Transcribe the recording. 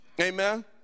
Amen